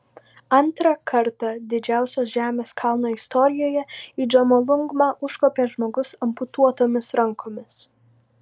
antrą kartą didžiausios žemės kalno istorijoje į džomolungmą užkopė žmogus amputuotomis rankomis